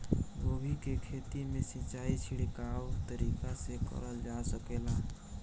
गोभी के खेती में सिचाई छिड़काव तरीका से क़रल जा सकेला?